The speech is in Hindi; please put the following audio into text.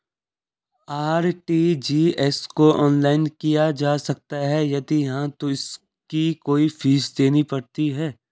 आर.टी.जी.एस को ऑनलाइन किया जा सकता है यदि हाँ तो इसकी कोई फीस देनी पड़ती है?